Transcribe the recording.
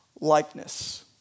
likeness